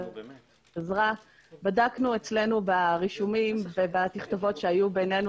בדקנו אצלנו ברישומים ובתכתובות שהיו בינינו